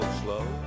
slow